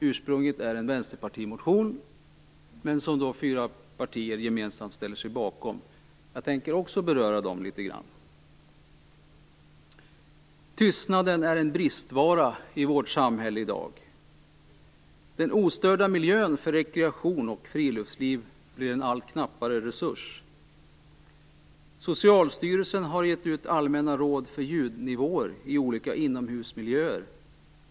Ursprunget är en Vänsterpartimotion, men fyra partier ställer sig gemensamt bakom detta. Jag tänker också beröra dem litet grand. Tystnaden är en bristvara i vårt samhälle i dag. Den ostörda miljön för rekreation och friluftsliv blir en allt knappare resurs. Socialstyrelsen har gett ut allmänna råd för ljudnivåer i olika inhomhusmiljöer.